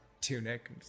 tunic